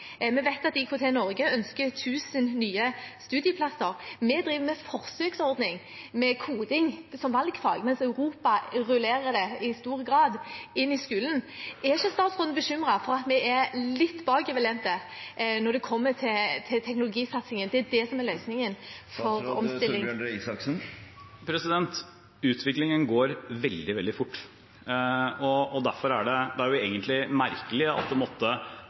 Vi vet at IKT-Norge ønsker 1 000 nye studieplasser. Vi driver med en forsøksordning med koding som valgfag, mens i Europa rullerer det i stor grad inn i skolen. Er ikke statsråden bekymret for at vi er litt bakoverlente når det kommer til teknologisatsingen? Det er det som er løsningen for omstillingen. Utviklingen går veldig, veldig fort. Det er jo egentlig merkelig at det måtte